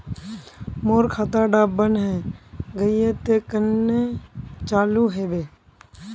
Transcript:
मोर खाता डा बन है गहिये ते कन्हे चालू हैबे?